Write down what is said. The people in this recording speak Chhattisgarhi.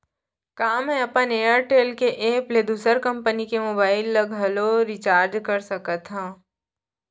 का मैं अपन एयरटेल के एप ले दूसर कंपनी के मोबाइल ला घलव रिचार्ज कर सकत हव?